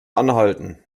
anhalten